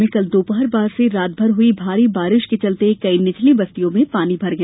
भोपाल में कल दोपहर बाद से रातभर हई भारी बारिश से कई निचली बस्तियों में पानी भर गया